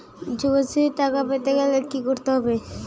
যুবশ্রীর টাকা পেতে গেলে কি করতে হবে?